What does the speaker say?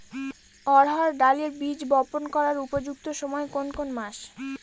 অড়হড় ডালের বীজ বপন করার উপযুক্ত সময় কোন কোন মাস?